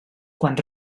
quants